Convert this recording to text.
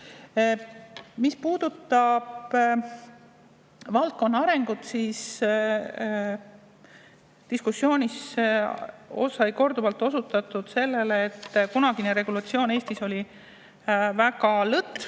Mis puudutab valdkonna arengut, siis diskussioonis sai korduvalt osutatud sellele, et kunagine regulatsioon Eestis oli väga lõtv